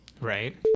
Right